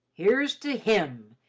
here's to him!